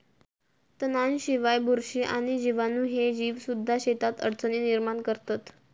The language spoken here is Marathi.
तणांशिवाय, बुरशी आणि जीवाणू ह्ये जीवसुद्धा शेतात अडचणी निर्माण करतत